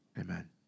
Amen